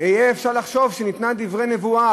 יהיה אפשר לחשוב שניתנה כדברי נבואה,